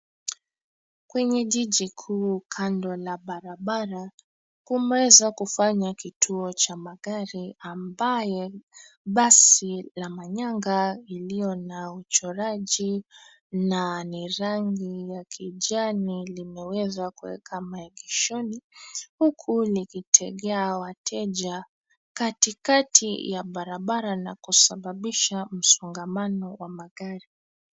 Kwenye jiji kuu kando la barabara, kumeweza kufanya kituo cha magari ambayo, basi la manyanga iliyo na uchoraji, na ni rangi ya kijani limeweza kuweka maegeshoni, huku likitegea wateja katikati ya barabara na kusababisha msongamano wa magari.